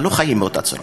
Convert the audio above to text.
אבל לא חיים באותה צורה.